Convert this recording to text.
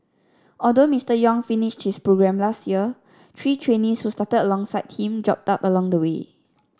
although Mister Yong finished his programme last year three trainees who started alongside him dropped out along the way